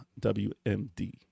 wmd